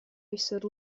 visur